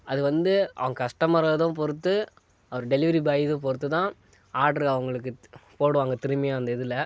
அது வந்து அவங்க கஷ்டமர் அதுவும் பொறுத்து அவர் டெலிவரி பாய் இதை பொறுத்துதான் ஆட்ரு அவங்களுக்கு போடுவாங்க திரும்பியும் அந்த இதில்